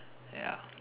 ya